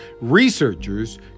researchers